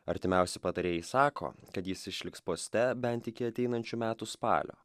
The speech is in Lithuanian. artimiausi patarėjai sako kad jis išliks poste bent iki ateinančių metų spalio